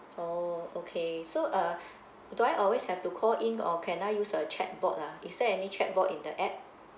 oh okay so uh do I always have to call in or can I use the chat board ah is there any chat board in the app